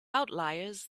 outliers